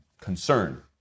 concern